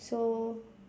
so